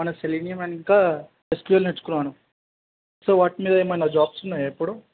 మన Selenium and ఇంకా SQL నేర్చుకున్నాను సో వాటి మీద ఏమన్నా జాబ్స్ ఉన్నాయా ఇప్పుడు